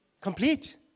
complete